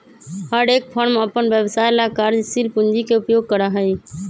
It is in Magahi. हर एक फर्म अपन व्यवसाय ला कार्यशील पूंजी के उपयोग करा हई